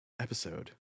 episode